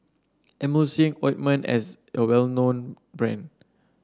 Emulsying Ointment is a well known brand